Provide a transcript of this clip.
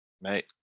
mate